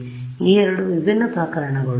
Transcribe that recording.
ಆದ್ದರಿಂದ ಈ ಎರಡು ವಿಭಿನ್ನ ಪ್ರಕರಣಗಳು